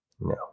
No